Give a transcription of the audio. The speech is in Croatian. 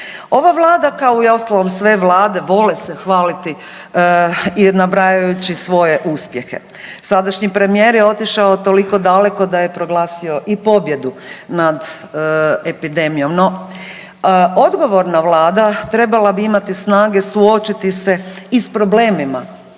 Ova vlada kao u ostalom i sve vlade vole se hvaliti nabrajajući svoje uspjehe. Sadašnji premijer je otišao toliko daleko da je proglasio i pobjedu nad epidemijom. No odgovorna vlada trebala bi imati snage suočiti se i s problemima